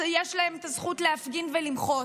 יש להם את הזכות להפגין ולמחות.